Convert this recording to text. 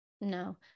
no